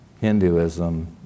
Hinduism